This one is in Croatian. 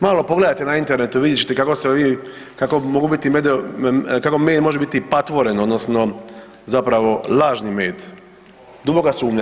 Malo pogledajte na internetu vidjet ćete kako se ovi, kako mogu biti kako med može biti patvoren, odnosno zapravo lažni med, duboka sumnja.